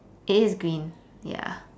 it is green ya